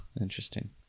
Interesting